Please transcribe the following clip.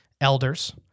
Elders